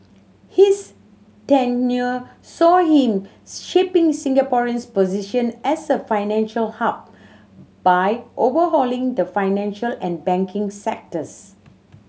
his tenure saw him shaping Singaporeans position as a financial hub by overhauling the financial and banking sectors